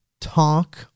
talk